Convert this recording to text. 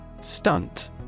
Stunt